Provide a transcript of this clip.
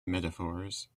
metaphors